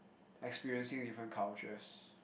experiencing different cultures